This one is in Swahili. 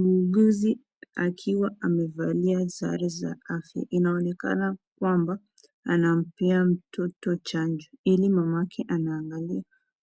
Muuguzi akiwa amevalia sare za afya. Inaonekana kwamba anampea mtoto chanjo ili mamake anaangalia